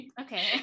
Okay